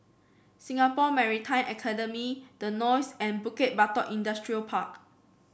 Singapore Maritime Academy The Knolls and Bukit Batok Industrial Park